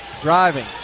driving